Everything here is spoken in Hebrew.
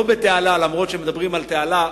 לא בתעלה, למרות שמדברים על תעלה,